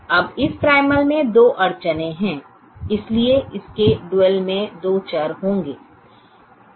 अब इस प्राइमल में दो अड़चनें हैं इसलिए इसके डुअल में दो चर होंगे